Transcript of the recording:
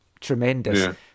Tremendous